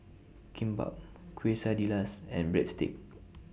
Kimbap Quesadillas and Breadsticks